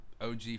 OG